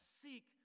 seek